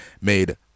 made